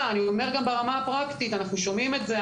אני גם אומר ברמה הפרקטית, אנחנו שומעים את זה.